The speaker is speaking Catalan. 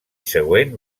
següent